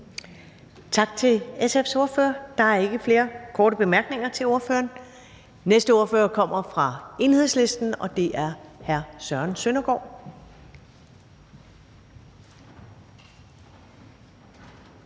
Tak til SF's ordfører. Der er ikke flere korte bemærkninger til ordføreren. Den næste ordfører kommer fra Enhedslisten, og det er hr. Søren Søndergaard.